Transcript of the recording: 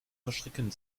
verschrecken